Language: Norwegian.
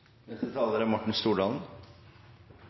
Neste taler er